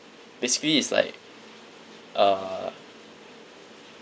basically it's like uh